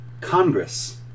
Congress